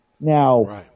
Now